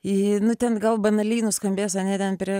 į nu ten gal banaliai nuskambės ane ten prie